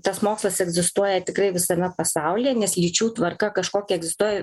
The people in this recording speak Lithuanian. tas mokslas egzistuoja tikrai visame pasaulyje nes lyčių tvarka kažkokia egzistuoja